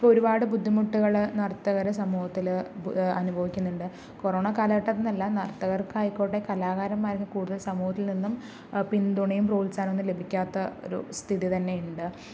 ഒരുപാട് ബുദ്ധിമുട്ടുകള് നർത്തകരെ സമൂഹത്തില് അനുഭവിക്കുന്നുണ്ട് കൊറോണ കാലഘട്ടം എന്നല്ല നർത്തകർക്ക് ആയിക്കോട്ടെ കലാകാരന്മാരും കൂടുതൽ സമൂഹത്തിൽ നിന്നും പിന്തുണയും പ്രോത്സാഹനവും ഒന്നും ലഭിക്കാത്ത ഒരു സ്ഥിതി തന്നെയുണ്ട്